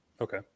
Okay